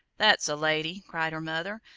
that's a lady cried her mother.